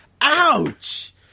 ouch